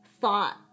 thought